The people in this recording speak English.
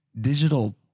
digital